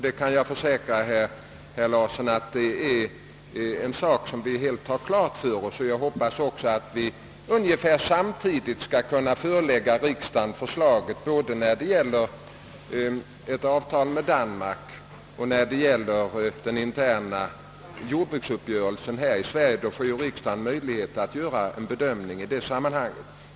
Jag kan försäkra herr Larsson att det är en sak som står helt klar för oss. Jag hoppas också att vi ungefär samtidigt skall kunna förelägga riksdagen förslag både om ett avtal med Danmark och om den interna jordbruksuppgörelsen här i Sverige, och då får riksdagen möjlighet att göra en bedömning i ett sammanhang.